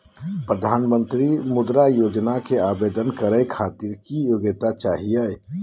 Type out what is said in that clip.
प्रधानमंत्री मुद्रा योजना के आवेदन करै खातिर की योग्यता चाहियो?